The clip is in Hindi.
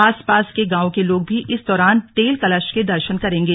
आसपास के गांवों के लोग भी इस दौरान तेल कलश के दर्शन करेंगे